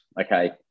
Okay